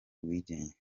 ubwigenge